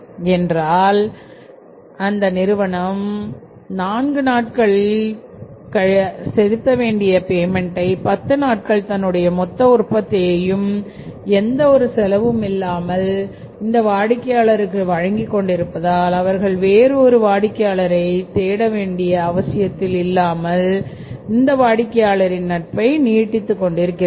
என்றால் என்ற நிறுவனம் என்றாலும் நான்கு நாட்கள் நாட்களிலும் பத்து நாட்கள் தன்னுடைய மொத்த உற்பத்தியையும் எந்த ஒரு செலவும் இல்லாமல் இந்த வாடிக்கையாளருக்கு வழங்கிக் கொண்டிருப்பதால் அவர்கள் வேறு ஒரு வாடிக்கையாளரை சேர வேண்டிய அவசியத்தில் இல்லாமல் இந்த வாடிக்கையாளரை நட்பை நீட்டித்துக் கொண்டு செல்கிறார்